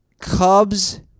Cubs